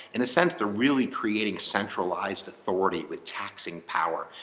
in a sense, they're really creating centralized authority with taxing power.